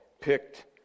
picked